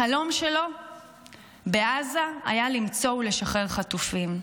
החלום שלו בעזה היה למצוא ולשחרר חטופים.